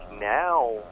now